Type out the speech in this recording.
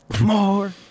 more